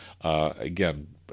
again